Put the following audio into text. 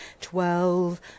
twelve